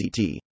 CT